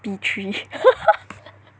B three